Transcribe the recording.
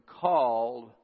called